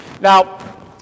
Now